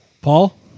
Paul